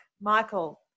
Michael